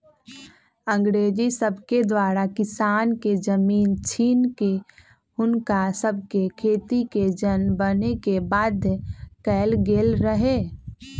अंग्रेज सभके द्वारा किसान के जमीन छीन कऽ हुनका सभके खेतिके जन बने के बाध्य कएल गेल रहै